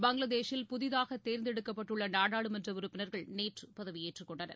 பங்களாதேஷில் புதிதாக தேர்ந்தெடுக்கப்பட்டுள்ள நாடாளுமன்ற உறுப்பினர்கள் நேற்று பதவியேற்றுக் கொண்டனர்